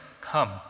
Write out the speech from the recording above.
come